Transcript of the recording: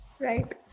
Right